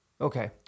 Okay